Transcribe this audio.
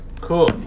Cool